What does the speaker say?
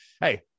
hey